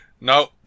no